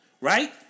right